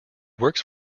works